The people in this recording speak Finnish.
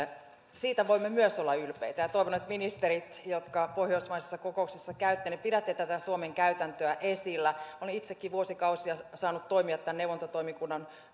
siitä voimme myös olla ylpeitä ja toivon että ministerit jotka pohjoismaisissa kokouksissa käytte pidätte tätä suomen käytäntöä esillä olen itsekin vuosikausia saanut toimia tämän neuvontatoimikunnan